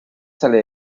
sale